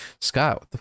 Scott